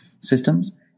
systems